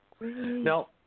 No